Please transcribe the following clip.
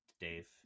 Dave